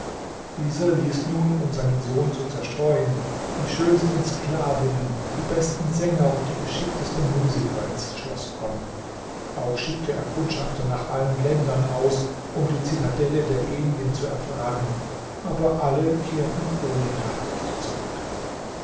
dieser ließ nun um seinen sohn zu zerstreuen die schönsten sklavinnen die besten sänger und geschicktesten musiker ins schloß kommen auch schickte er kundschafter nach allen ländern aus um die zitadelle der genien zu erfragen aber alle kehrten ohne nachricht zurück